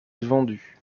vendu